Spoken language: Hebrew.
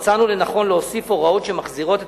מצאנו לנכון להוסיף הוראות שמחזירות את